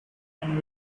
and